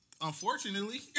Unfortunately